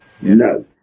no